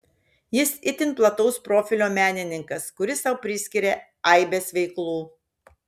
jis itin plataus profilio menininkas kuris sau priskiria aibes veiklų